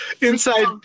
inside